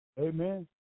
Amen